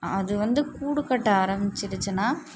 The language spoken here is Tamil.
அது வந்து கூடு கட்ட ஆரம்மிச்சிருச்சின்னா